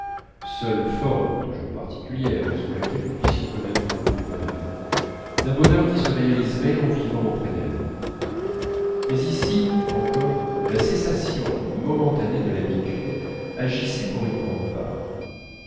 connaître le goût du bonheur d'un bonheur qui se réaliserait en vivant auprès d'elle mais ici encore la cessation momentanée de l'habitude agissait pour une grande part